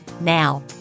Now